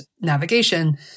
navigation